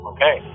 Okay